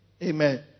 Amen